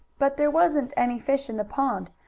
but there wasn't any fish in the pond.